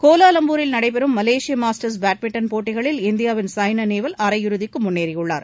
கோலாலம்பூரில் நடைபெறும் Malaysia masters badminton போட்டிகளில் இந்தியாவின் சாய்னா நேவால் அரையிறுதிக்கு முன்னேறியுள்ளார்